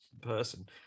person